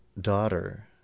daughter